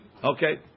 Okay